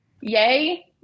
yay